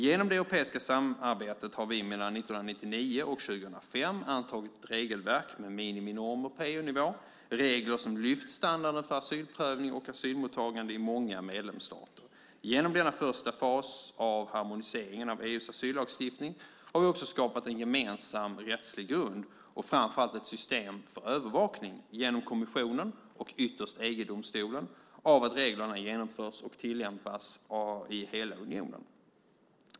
Genom det europeiska samarbetet har vi mellan 1999 och 2005 antagit ett regelverk med miniminormer på EU-nivå, regler som lyft upp standarden för asylprövning och asylmottagande i många medlemsstater. Genom denna första fas av harmoniseringen av EU:s asyllagstiftning har vi också skapat en gemensam rättslig grund och framför allt ett system för övervakning - genom kommissionen och ytterst EG-domstolen - av att reglerna genomförs och tillämpas i hela unionen.